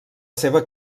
seva